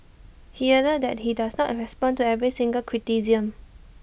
he added that he does not respond to every single criticism